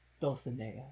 dulcinea